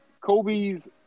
Kobe's